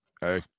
hey